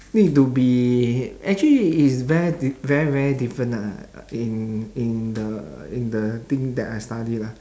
need to be actually is very diff~ very very different ah in in the in the thing that I study lah